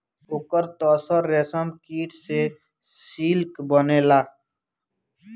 ओकर तसर रेशमकीट से सिल्क बनेला